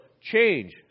Change